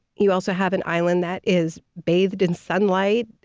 you also have an island that is bathed in sunlight,